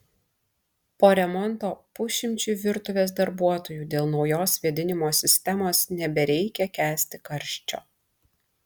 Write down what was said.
po remonto pusšimčiui virtuvės darbuotojų dėl naujos vėdinimo sistemos nebereikia kęsti karščio